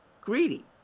greedy